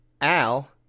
Al